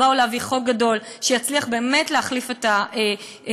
באו להביא חוק גדול שיצליח באמת להחליף את הפקודות,